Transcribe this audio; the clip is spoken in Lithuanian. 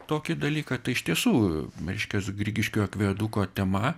tokį dalyką tai iš tiesų reiškias grigiškių akviaduko tema